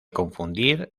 confundir